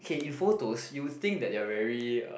okay in photos you'll think that they are very err